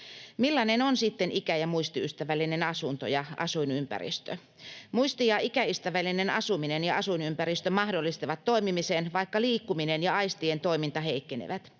Millainen on sitten ikä- ja muistiystävällinen asunto ja asuinympäristö? Muisti- ja ikäystävällinen asuminen ja asuinympäristö mahdollistavat toimimisen, vaikka liikkuminen ja aistien toiminta heikkenevät.